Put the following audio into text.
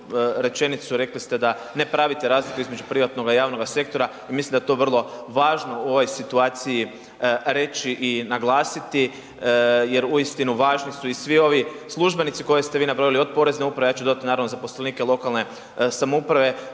rečenicu, rekli ste da ne pravite razliku između privatnoga i javnoga sektora i mislim da je to vrlo važno u ovoj situaciji reći i naglasiti jer uistinu važni su i svi ovi službenici koje ste vi nabrojili od Porezne uprave, ja ću dodati zaposlenike lokalne samouprave